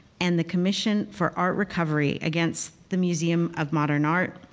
and the commission for art recovery against the museum of modern art,